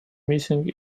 missing